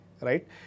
right